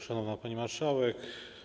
Szanowna Pani Marszałek!